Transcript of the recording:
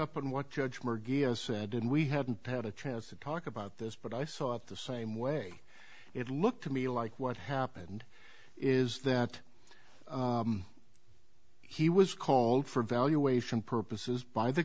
up on what judge moore gives said and we haven't had a chance to talk about this but i saw it the same way it looked to me like what happened is that he was called for evaluation purposes by the